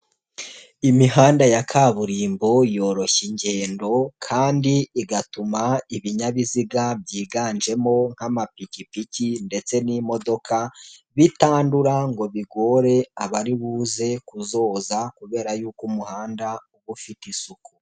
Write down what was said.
Imihanda ya kaburimbo yoroshya ingendo kandi igatuma ibinyabiziga byiganjemo nk'amapikipiki ndetse n'imodoka bitandura ngo bigore abaribuze kuzoza kubera yuko umuhanda uba ufite isuku.